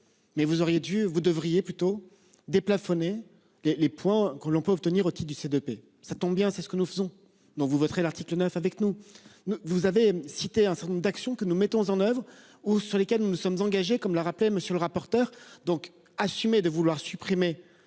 dû vous devriez plutôt. Déplafonner les les points qu'on peut obtenir autour du CDP, ça tombe bien, c'est ce que nous faisons. Donc vous voterez. L'article 9 avec nous. Ne vous avez cité un certain nombre d'actions que nous mettons en oeuvre ou sur lesquels nous nous sommes engagés, comme l'a rappelé monsieur le rapporteur. Donc assumer de vouloir supprimer